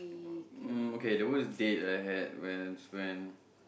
um okay the worst date I had was when